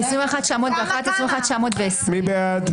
21,901 עד 21,920. מי בעד?